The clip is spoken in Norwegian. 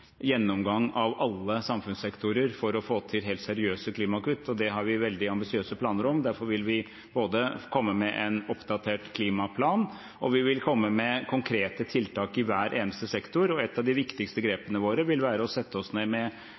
gjennomgang av alle samfunnssektorer for å få til helt seriøse klimakutt, og det har vi veldig ambisiøse planer om. Derfor vil vi komme med en oppdatert klimaplan, og vi vil komme med konkrete tiltak i hver eneste sektor. Et av de viktigste grepene våre vil være å sette oss ned med